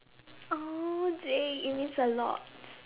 !aww! J it means a lot